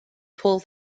pull